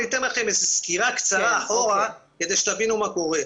אני אתן לכם סקירה קצרה אחורה כדי שתבינו מה קורה.